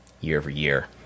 year-over-year